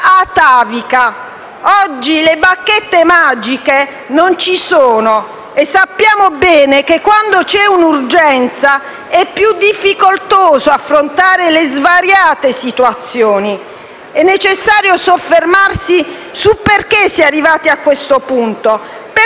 atavica. Oggi le bacchette magiche non ci sono e sappiamo bene che quando c'è un'urgenza è più difficoltoso affrontare le svariate situazioni. È necessario soffermarsi sul perché si è arrivati a questo punto, perché